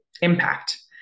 impact